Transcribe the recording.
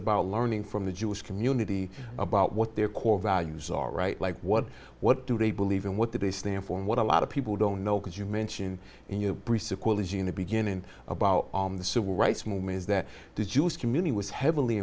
about learning from the jewish community about what their core values are right like what what do they believe and what they stand for and what a lot of people don't know because you mention and you bring in the beginning about the civil rights movement is that the jewish community was heavily